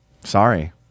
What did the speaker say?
Sorry